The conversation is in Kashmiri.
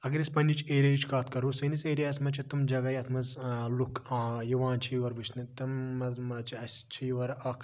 اگر أسۍ پَننچ ایریاہٕچ کتھ کَرو سٲنِس ایریاہَس مَنٛز چھِ تم جَگہ یتھ مَنٛز لُکھ یِوان چھِ یور وٕچھنہِ تِمَن مَنٛز چھِ اَسہِ چھِ یور اکھ